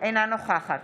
אינה נוכחת